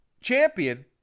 champion